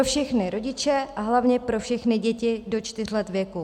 Pro všechny rodiče a hlavně pro všechny děti do čtyř let věku.